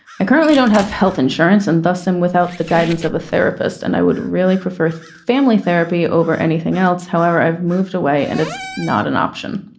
i currently don't have health insurance and thus am without the guidance of a therapist and i would really prefer a family therapy over anything else. however, i've moved away and it's not an option.